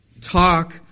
Talk